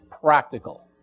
practical